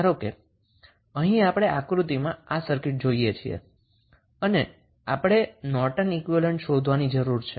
ધારો કે અહીં સર્કિટ આપણે આકૃતિમાં જોઈએ છીએ તેવી છે અને આપણે નોર્ટન ઈક્વીવેલેન્ટ શોધવાની જરૂર છે